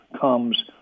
comes